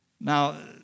Now